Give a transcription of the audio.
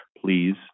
please